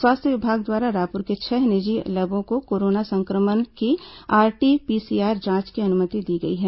स्वास्थ्य विभाग द्वारा रायपुर के छह निजी लैबों को कोरोना संक्रमण की आरटी पीसीआर जांच की अनुमति दी गई है